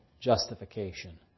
justification